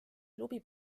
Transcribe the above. klubi